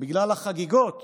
בגלל החגיגות